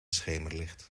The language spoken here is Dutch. schemerlicht